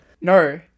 No